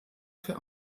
für